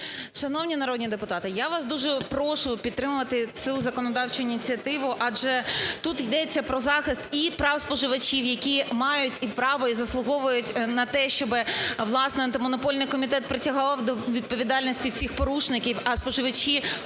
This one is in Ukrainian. Шановні народні депутати, я вас дуже прошу підтримати цю законодавчу ініціативу, адже тут йдеться про захист і прав споживачів, які мають і право, і заслуговують на те, щоб, власне, Антимонопольний комітет притягав до відповідальності всіх порушників, а споживачі